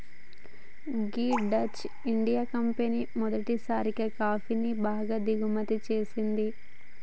గీ Dutch India company మొదటిసారి కాఫీని బాగా దిగుమతి చేసింది